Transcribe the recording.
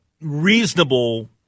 reasonable